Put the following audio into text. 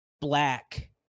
black